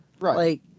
Right